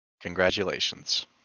Congratulations